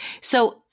So-